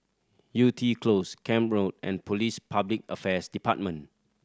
Yew Tee Close Camp Road and Police Public Affairs Department